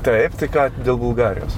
taip tai ką dėl bulgarijos